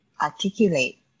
articulate